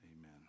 amen